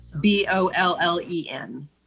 B-O-L-L-E-N